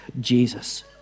Jesus